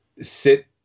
sit